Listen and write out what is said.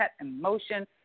emotion